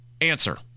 answer